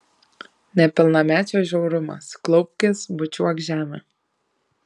nepilnamečio žiaurumas klaupkis bučiuok žemę